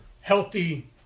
healthy